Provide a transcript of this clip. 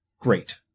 great